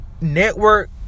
network